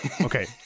Okay